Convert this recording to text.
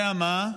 זה ה"מה",